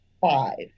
five